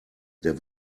der